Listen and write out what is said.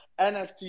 nft